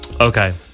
Okay